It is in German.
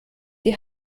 die